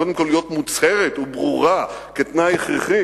קודם כול להיות מוצהרת וברורה כתנאי הכרחי,